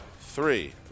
three